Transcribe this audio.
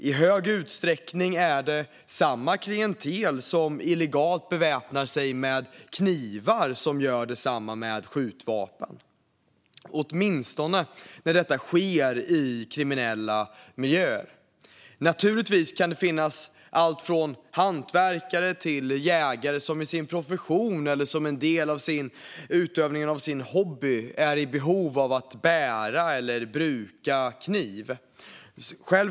I stor utsträckning är det samma klientel som illegalt beväpnar sig med knivar som beväpnar sig med skjutvapen - åtminstone när detta sker i kriminella miljöer. Naturligtvis kan det finnas allt från hantverkare till jägare som i sin profession eller i utövandet av sin hobby är i behov av att bära eller bruka kniv.